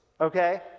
okay